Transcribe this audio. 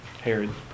Herod